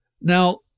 Now